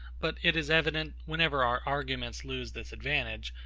but it is evident, whenever our arguments lose this advantage,